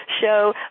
Show